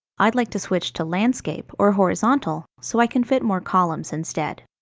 i'd like to switch to landscape or horizontal, so i can fit more columns instead.